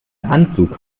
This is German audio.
anzug